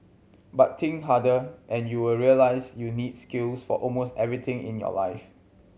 but think harder and you will realise you need skills for almost everything in your life